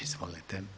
Izvolite.